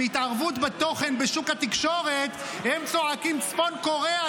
מהתערבות בתוכן בשוק התקשורת הם צועקים: צפון קוריאה,